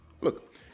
Look